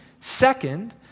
Second